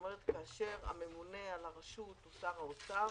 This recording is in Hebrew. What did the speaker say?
כאשר הממונה על הרשות הוא שר האוצר